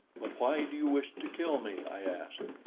but why do you wish to kill me? i asked.